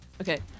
okay